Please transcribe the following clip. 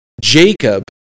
Jacob